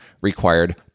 required